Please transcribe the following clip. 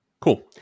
Cool